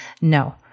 no